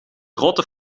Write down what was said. grote